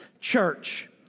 church